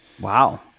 Wow